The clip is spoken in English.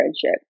friendship